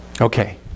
okay